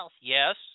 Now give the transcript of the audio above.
Yes